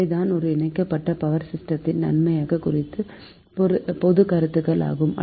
இவைதான் ஒரு இணைக்கப்பட்ட பவர் சிஸ்டத்தின் நன்மைகள் குறித்த பொது கருத்துகள் ஆகும்